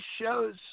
shows